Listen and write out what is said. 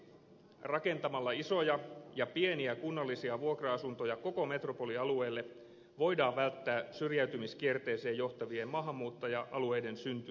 rakentamalla isoja ja pieniä kunnallisia vuokra asuntoja koko metropolialueelle voidaan välttää syrjäytymiskierteeseen johtavien maahanmuuttaja alueiden synty suomessa